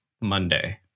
Monday